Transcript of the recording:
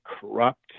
corrupt